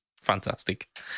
fantastic